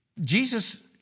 Jesus